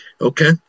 Okay